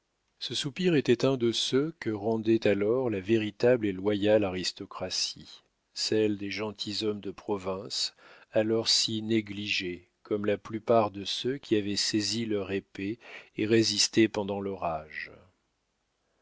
ce soupir était un de ceux que rendait alors la véritable et loyale aristocratie celle des gentilshommes de province alors si négligés comme la plupart de ceux qui avaient saisi leur épée et résisté pendant l'orage